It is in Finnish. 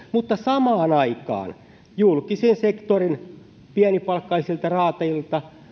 mutta samaan aikaan julkisen sektorin pienipalkkaisilta raatajilta